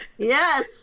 Yes